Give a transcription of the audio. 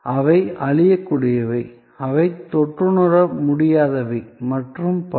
அவை அழியக்கூடியவை அவை தொட்டுணர முடியாதவை மற்றும் பல